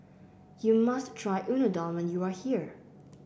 you must try Unadon when you are here